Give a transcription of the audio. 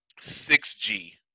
6G